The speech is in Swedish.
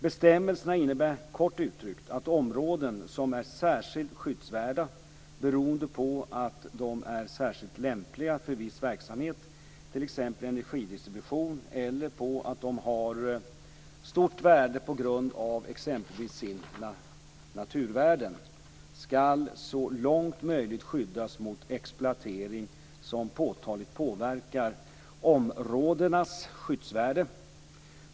Bestämmelserna innebär kort uttryckt att områden som är särskilt skyddsvärda - beroende på att de är särskilt lämpliga för viss verksamhet, t.ex. energidistribution, eller på att de har stort värde på grund av exempelvis sina naturvärden - skall så långt möjligt skyddas mot exploatering som påtagligt påverkar områdenas skyddsvärde.